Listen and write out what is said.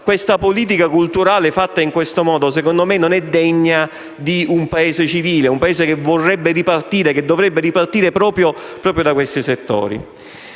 Una politica culturale fatta in questo modo, secondo me, non è degna di un Paese civile, di un Paese che vorrebbe ripartire e che dovrebbe ripartire proprio da questi settori.